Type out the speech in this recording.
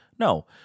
No